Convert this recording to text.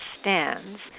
stands